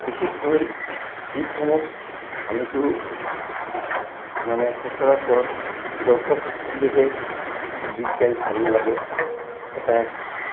বিশেষকৈ গীতসমূহ আমিতো মানে সচৰাচৰ দৰ্শক থাকিলেহে গীত গাই ভাল লাগে এটা